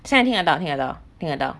现在听得到听得到听得到